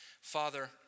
Father